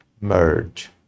merge